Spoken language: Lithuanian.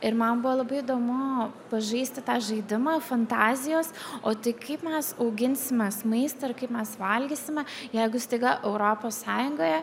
ir man buvo labai įdomu pažaisti tą žaidimą fantazijos o tai kaip mes auginsimės maistą ir kaip mes valgysime jeigu staiga europos sąjungoje